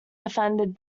defended